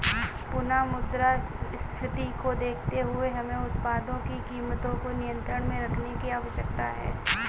पुनः मुद्रास्फीति को देखते हुए हमें उत्पादों की कीमतों को नियंत्रण में रखने की आवश्यकता है